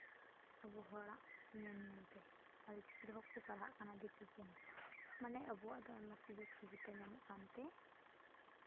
ᱟᱵᱚ ᱦᱚᱲᱟᱜ ᱧᱮᱞ ᱧᱮᱞ ᱛᱮ ᱚᱞᱪᱤᱠᱤ ᱨᱮᱦᱚᱸ ᱠᱚ ᱯᱟᱲᱦᱟᱜ ᱠᱟᱱᱟ ᱫᱤᱠᱩ ᱠᱚ ᱢᱟᱱᱮ ᱟᱵᱚᱣᱟᱜ ᱫᱚ ᱟᱭᱢᱟ ᱥᱩᱡᱳᱜᱽ ᱥᱩᱵᱤᱫᱷᱟ ᱧᱟᱢᱚᱜ ᱠᱟᱱᱛᱮ